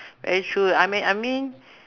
very true I mean I mean